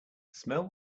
smell